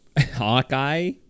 Hawkeye